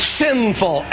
sinful